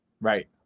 Right